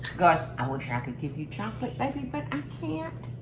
i wish i could give you chocolate baby, but i can't.